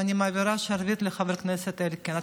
ואני מעבירה את השרביט לחבר הכנסת זאב אלקין.